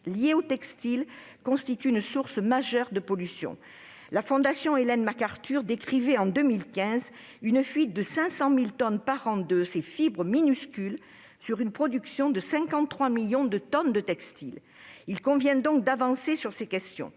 liée aux textiles constitue une source majeure de dégât environnemental. La fondation Ellen MacArthur décrivait en 2015 une fuite de 500 000 tonnes par an de ces fibres minuscules, sur une production totale de 53 millions de tonnes de textiles. Il convient donc d'avancer sur ces questions.